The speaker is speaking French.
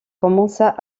commença